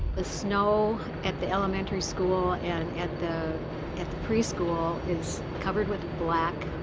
the snow at the elementary school and at the at the preschool is covered with black,